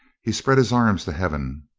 he spread his arms to heaven.